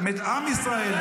איזה מפסידנים.